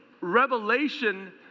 revelation